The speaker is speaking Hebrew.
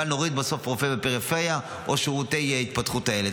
נוריד רופא בפריפריה או שירותי התפתחות הילד.